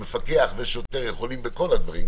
שמפקח ושוטר יכולים בכל הדברים,